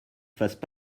fassent